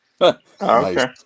Okay